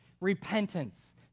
repentance